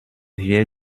wir